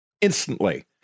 Instantly